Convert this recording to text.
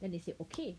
then they said okay